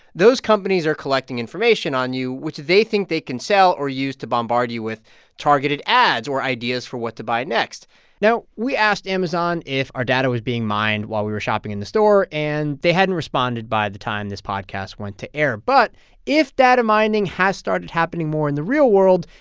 those companies are collecting information on you, which they think they can sell or use to bombard you with targeted ads or ideas for what to buy next now, we asked amazon if our data was being mined while we were shopping in the store, and they hadn't responded by the time this podcast went to air. but if data mining has started happening more in the real world,